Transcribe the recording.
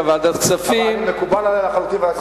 מקובל עלי לחלוטין.